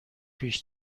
پیش